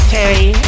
Terry